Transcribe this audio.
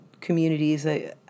communities